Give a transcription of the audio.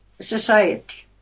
society